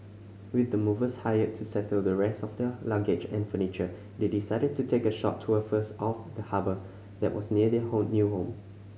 with the movers hired to settle the rest of their luggage and furniture they decided to take a short tour first of the harbour that was near their new home